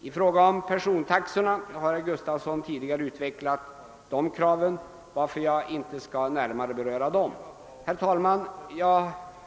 Herr Gustafson i Göteborg har tidigare utvecklat våra krav i fråga om persontaxorna, varför jag inte skall beröra dem. Herr talman!